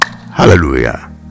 hallelujah